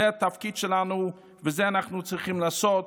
זה התפקיד שלנו ואת זה אנחנו צריכים לעשות.